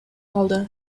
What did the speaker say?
чыкты